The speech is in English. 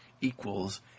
equals